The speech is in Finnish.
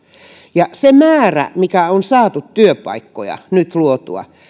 sen määrän mikä on saatu työpaikkoja nyt luotua